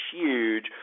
huge